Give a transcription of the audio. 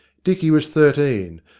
dicky was thirteen,